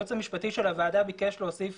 היועץ המשפטי של הוועדה ביקש להוסיף